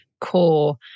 core